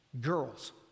girls